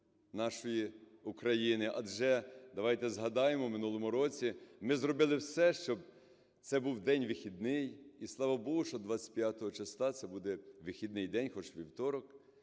нашої України. Адже, давайте згадаємо, в минулому році ми зробили все, щоб це був день вихідний, і Слава Богу, що 25 числа – це буде вихідний день, хоч і вівторок.